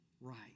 right